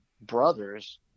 brothers